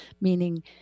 meaning